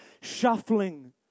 shuffling